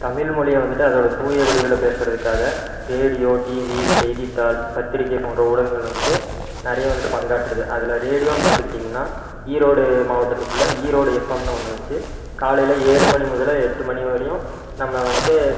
தமிழ்மொழியை வந்துவிட்டு அதோட தூய வடிவில் பேசுறதுக்காக ரேடியோ டிவி செய்தித்தாள் பத்திரிக்கை போன்ற ஊடகங்கள் வந்துவிட்டு நிறைய வந்துவிட்டு பங்காற்றுது அதில் ரேடியோன்னு பார்த்துக்கிட்டீங்கன்னா ஈரோடு மாவட்டத்துக்குள்ளே ஈரோடு எஃப்எம்னு ஒன்று வச்சு காலையில ஏழு மணி முதலில் எட்டு மணி வரையும் நம்ம வந்துவிட்டு